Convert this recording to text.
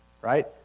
right